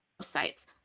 sites